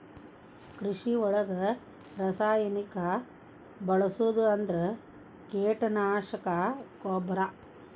ಕೃಷಿ ಒಳಗ ರಾಸಾಯನಿಕಾ ಬಳಸುದ ಅಂದ್ರ ಕೇಟನಾಶಕಾ, ಗೊಬ್ಬರಾ